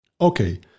Okay